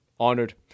Honored